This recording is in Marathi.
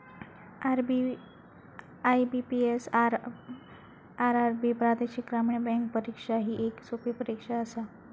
आई.बी.पी.एस, आर.आर.बी प्रादेशिक ग्रामीण बँक परीक्षा ही येक सोपी परीक्षा आसा